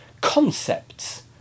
concepts